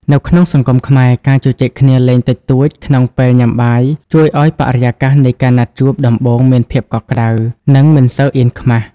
នៅក្នុងសង្គមខ្មែរ ការជជែកគ្នាលេងតិចតួចក្នុងពេលញ៉ាំបាយ ជួយឱ្យបរិយាកាសនៃការណាត់ជួបដំបូងមានភាពកក់ក្ដៅ និងមិនសូវអៀនខ្មាស។